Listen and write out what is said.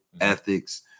ethics